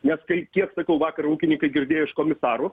nes kai kiek sakau vakar ūkininkai girdėjo iš komisarų